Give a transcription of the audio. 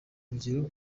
rugero